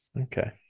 Okay